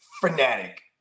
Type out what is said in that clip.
fanatic